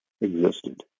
existed